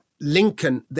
Lincoln